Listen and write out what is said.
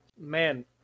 man